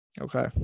Okay